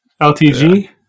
LTG